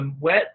wet